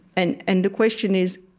and and the question is,